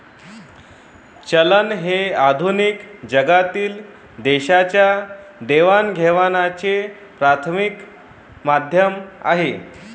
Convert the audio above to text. चलन हे आधुनिक जगातील देशांच्या देवाणघेवाणीचे प्राथमिक माध्यम आहे